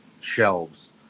shelves